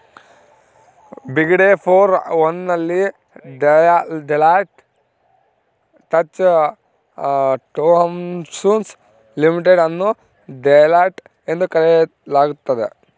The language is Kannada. ಬಿಗ್ಡೆ ಫೋರ್ ಒನ್ ನಲ್ಲಿ ಡೆಲಾಯ್ಟ್ ಟಚ್ ಟೊಹ್ಮಾಟ್ಸು ಲಿಮಿಟೆಡ್ ಅನ್ನು ಡೆಲಾಯ್ಟ್ ಎಂದು ಕರೆಯಲಾಗ್ತದ